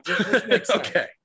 Okay